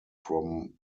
from